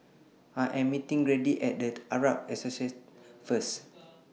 I Am meeting Grady At The Arab Association First